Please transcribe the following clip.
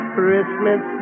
Christmas